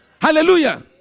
Hallelujah